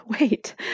wait